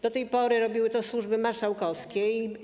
Do tej pory robiły to służby marszałkowskie.